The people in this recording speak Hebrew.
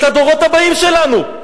את הדורות הבאים שלנו?